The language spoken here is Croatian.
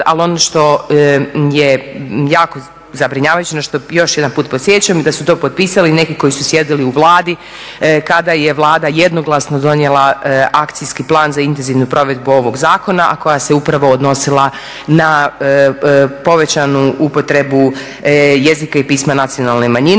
ali ono što je jako zabrinjavajuće, na što još jedan put podsjećam i da su to potpisali neki koji su sjedili u Vladi kada je Vlada jednoglasno donijela Akcijski plan za intenzivnu provedu ovog zakona, a koja se upravo odnosila na povećanu upotrebu jezika i pisma nacionalne manjine